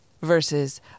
Versus